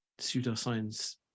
pseudoscience